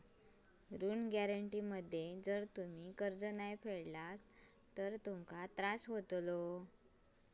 ऋण गॅरेंटी मध्ये जर तुम्ही कर्ज नाय फेडलास तर तुमका त्रास होतलो